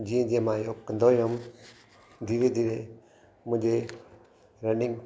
जीअं जीअं मां योग कंदो वियुमि धीरे धीरे मुंहिंजे रनिंग